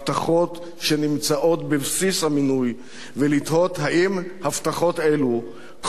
שנמצאים בבסיס המינוי ולתהות אם הבטחות אלו כוללות,